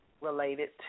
related